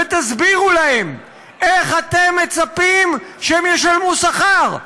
ותסבירו להם איך אתם מצפים שהם ישלמו שכר,